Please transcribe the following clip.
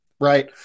Right